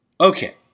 Okay